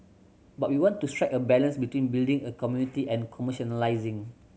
but we want to strike a balance between building a community and commercialising